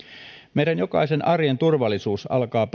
meidän jokaisen arjen turvallisuus alkaa